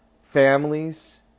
families